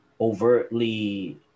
overtly